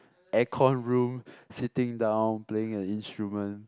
aircon room sitting down playing an instrument